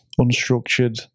unstructured